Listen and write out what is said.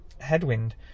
headwind